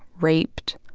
raped,